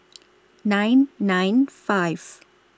nine nine five